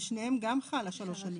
על שניהם גם חל שלוש שנים.